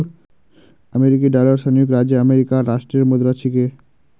अमेरिकी डॉलर संयुक्त राज्य अमेरिकार राष्ट्रीय मुद्रा छिके